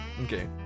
Okay